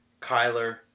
Kyler